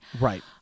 right